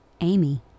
Amy